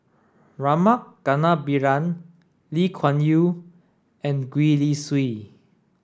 Rama Kannabiran Lee Kuan Yew and Gwee Li Sui